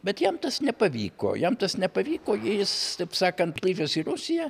bet jam tas nepavyko jam tas nepavyko jis taip sakant grįžęs į rusiją